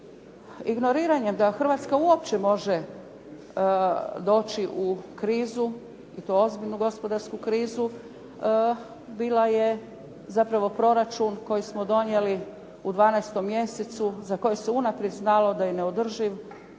Ignoriranjem da Hrvatska uopće može doći u krizu i to u ozbiljnu gospodarsku krizu bila je zapravo proračun koji smo donijeli u 12. mjesecu za koji se unaprijed znalo da je neodrživ